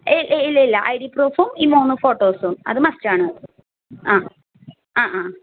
ഇല്ല ഇല്ല I D പ്രൂഫും ഈ മൂന്ന് ഫോട്ടോസും അത് മസ്റ്റാണ് ആ ആ ആ